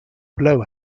blow